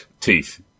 teeth